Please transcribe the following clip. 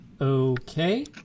Okay